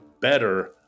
Better